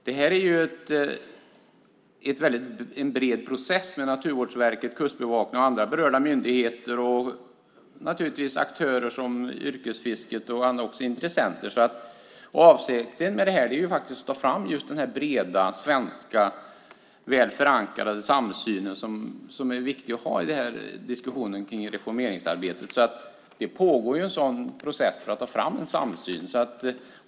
Det är en bred process där Naturvårdsverket, Kustbevakningen och andra berörda myndigheter, liksom naturligtvis aktörer som yrkesfiskare och andra intressenter, ingår. Avsikten är att ta fram den breda svenska väl förankrade samsyn som är viktig att ha i diskussionen om reformeringsarbetet. Det pågår alltså en process för att få en samsyn.